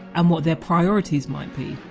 and what their priorities might be.